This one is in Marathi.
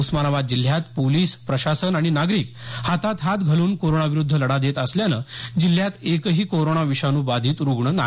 उस्मानाबाद जिल्ह्यात पोलीस प्रशासन आणि नागरिक हातात हात घालून कोरोना विरुद्ध लढा देत असल्यानं जिल्ह्यात एकही कोरोना विषाणू बाधित रुग्ण नाही